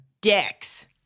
dicks